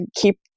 keep